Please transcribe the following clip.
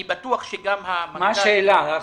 אני בטוח שגם המנכ"ל פרופ'